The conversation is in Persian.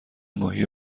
ماهی